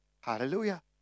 Hallelujah